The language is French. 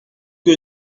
que